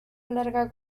larga